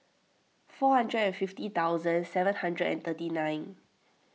four hundred and fifty thousand seven hundred and thirty nine